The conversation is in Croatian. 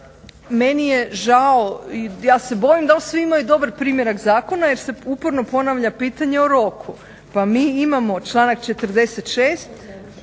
Meni je žao i ja se bojim da li svi imaju dobar primjerak zakona jer se uporno ponavlja pitanje o roku. Pa mi imamo članak 46.,